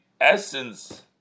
essence